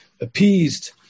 appeased